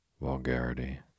vulgarity